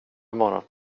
morgon